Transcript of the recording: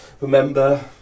remember